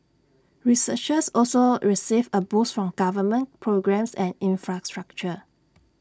researchers also received A boost from government programmes and infrastructure